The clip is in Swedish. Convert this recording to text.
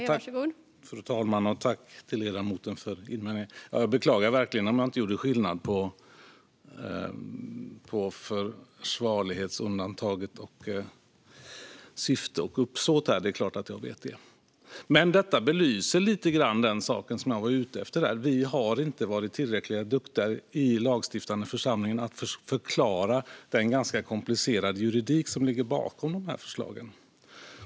Fru talman! Tack, ledamoten, för dina invändningar! Jag beklagar verkligen om jag inte gjorde skillnad på försvarlighetsundantaget och syfte och uppsåt här. Det är klart att jag vet det. Men detta belyser lite det jag var ute efter. Vi i den lagstiftande församlingen har inte varit tillräckligt duktiga på att förklara den ganska komplicerade juridik som ligger bakom förslagen.